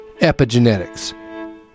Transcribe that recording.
epigenetics